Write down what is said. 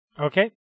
Okay